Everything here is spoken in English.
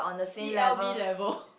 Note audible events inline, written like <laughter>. C_L_V level <laughs>